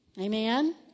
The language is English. amen